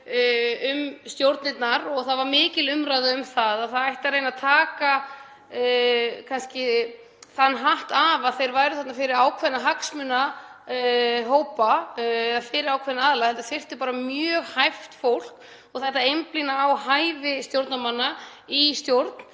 og það var mikil umræða um að það ætti að reyna að taka kannski þann hatt af að þeir væru þarna fyrir ákveðna hagsmunahópa eða fyrir ákveðna aðila heldur þyrfti bara mjög hæft fólk og það ætti einblína á hæfi stjórnarmanna í stjórn